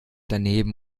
daneben